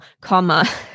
comma